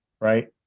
right